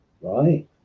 right